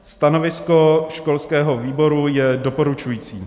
Stanovisko školského výboru je doporučující.